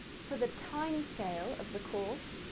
for the time scale of the course,